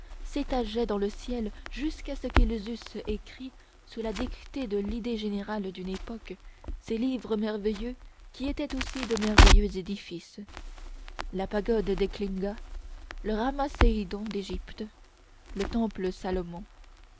s'étageaient dans le ciel jusqu'à ce qu'ils eussent écrit sous la dictée de l'idée générale d'une époque ces livres merveilleux qui étaient aussi de merveilleux édifices la pagode d'eklinga le rhamseïon d'égypte le temple de salomon